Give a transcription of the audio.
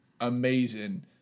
amazing